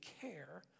care